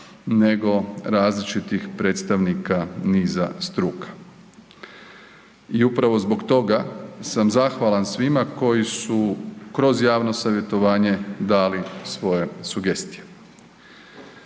nego različitih predstavnika niza struka. I upravo zbog toga sam zahvalan svima koji su kroz javno savjetovanje dali svoje sugestije.